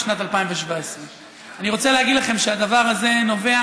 בשנת 2017. אני רוצה להגיד לכם שהדבר הזה נובע